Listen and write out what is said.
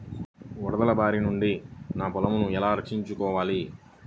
వరదల భారి నుండి నా పొలంను ఎలా రక్షించుకోవాలి?